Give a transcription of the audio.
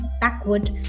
backward